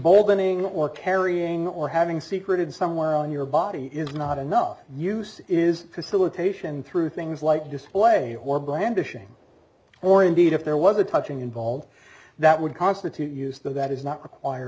ning or carrying or having secret in someone on your body is not enough use is facilitation through things like display or blandish ing or indeed if there was a touching involved that would constitute use though that is not require